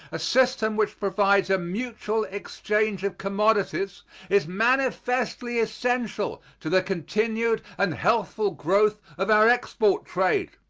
a system which provides a mutual exchange of commodities is manifestly essential to the continued and healthful growth of our export trade.